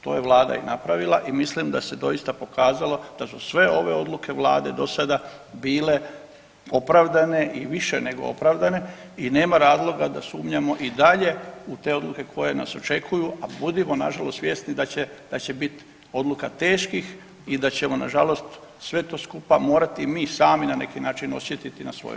To je Vlada i napravila i mislim da se doista pokazalo da su sve ove odluke Vlade do sada bile opravdane i više nego opravdane i nema razloga da sumnjamo i dalje u te odluke koje nas očekuju, a budimo na žalost svjesni da će biti odluka teških i da ćemo na žalost sve to skupa morati mi sami na neki način osjetiti na svojoj koži.